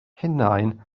hunain